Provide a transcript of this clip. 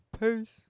Peace